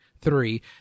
Three